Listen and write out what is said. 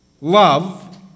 love